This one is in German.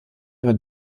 ihrer